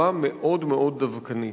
מתנהלים אתם בצורה מאוד דווקנית.